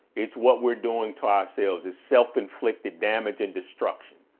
it's what we're doing to ourselves is self-inflicted damage and destruction.